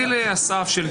הולכים לעשות.